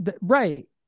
Right